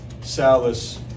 Salas